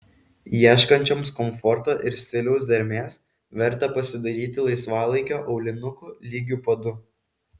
ieškančioms komforto ir stiliaus dermės verta pasidairyti laisvalaikio aulinukų lygiu padu